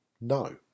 No